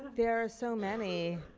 there are so many.